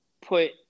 put –